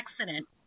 accident